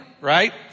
right